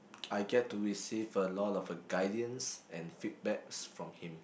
I get to receive a lot of a guidance and feedbacks from him